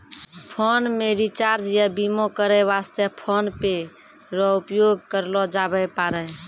phone मे recharge या बीमा करै वास्ते फोन पे रो उपयोग करलो जाबै पारै